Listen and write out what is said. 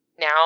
now